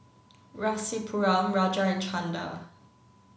Rasipuram Raja and Chanda